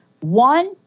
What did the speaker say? One